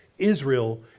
Israel